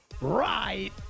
right